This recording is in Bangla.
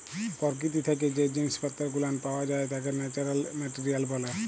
পরকীতি থাইকে জ্যে জিনিস পত্তর গুলান পাওয়া যাই ত্যাকে ন্যাচারাল মেটারিয়াল ব্যলে